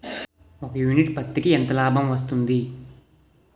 ఒక యూనిట్ పత్తికి ఎంత లాభం వస్తుంది?